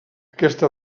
aquesta